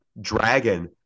dragon